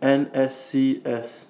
N S C S